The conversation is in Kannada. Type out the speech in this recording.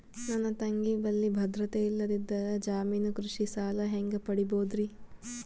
ನನ್ನ ತಂಗಿ ಬಲ್ಲಿ ಭದ್ರತೆ ಇಲ್ಲದಿದ್ದರ, ಜಾಮೀನು ಕೃಷಿ ಸಾಲ ಹೆಂಗ ಪಡಿಬೋದರಿ?